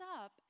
up